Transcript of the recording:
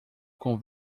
com